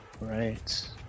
Right